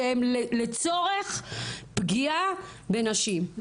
שהם לצורך פגיעה בנשים.